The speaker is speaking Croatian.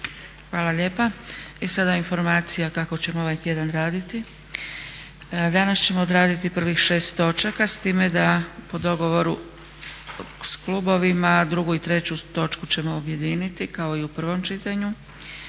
Hvala lijepa. I sada informacija kako ćemo ovaj tjedan raditi. Danas ćemo odraditi prvih 6 točaka, s time da po dogovoru s klubovima 2. i 3. točku ćemo objediniti kao i u prvom čitanju.